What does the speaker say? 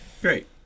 Great